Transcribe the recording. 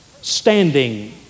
standing